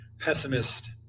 pessimist